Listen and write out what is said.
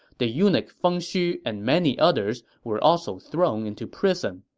the eunuch feng xu and many others were also thrown into prison